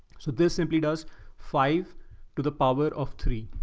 so this simply does five to the power of three.